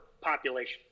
population